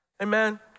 Amen